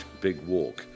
bigwalk